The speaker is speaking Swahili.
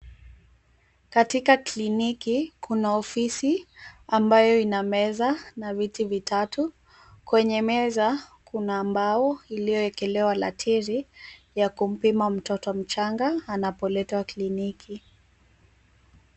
Katika kliniki, kuna ofisi ambayo ina meza na viti vitatu. Kwenye meza, kuna mbao iliyowekelewa ratili ya kumpima mtoto mchanga anapoletwa kliniki.